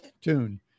tune